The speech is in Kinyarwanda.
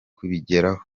kubigeraho